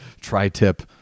tri-tip